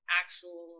actual